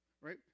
right